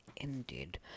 Ended